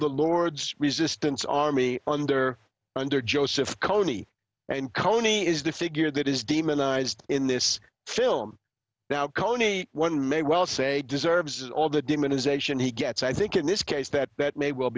the lord's resistance army under under joseph coney and coney is the figure that is demonized in this film now kone one may well say deserves all the demonization he gets i think in this case that that may well